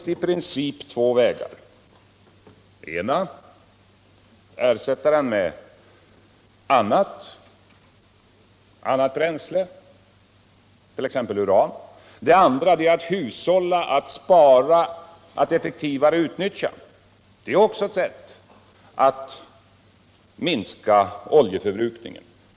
Den ena är att ersätta oljan med annat bränsle, t.ex. uran. Den andra är att hushålla och effektivare utnyttja oljan, så att man kan minska oljeförbrukningen.